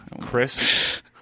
Chris